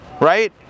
right